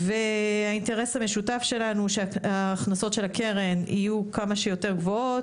האינטרס המשותף שלנו הוא שההכנסות של הקרן יהיו כמה שיותר גבוהות.